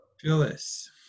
Phyllis